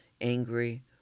angry